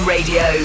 Radio